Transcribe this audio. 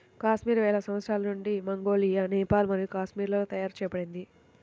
కాశ్మీర్ వేల సంవత్సరాల నుండి మంగోలియా, నేపాల్ మరియు కాశ్మీర్లలో తయారు చేయబడింది